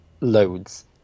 loads